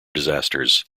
disasters